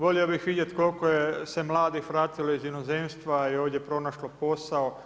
Volio bih vidjeti koliko se mladih vratilo iz inozemstva i ovdje pronašlo posao.